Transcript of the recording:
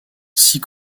six